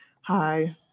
Hi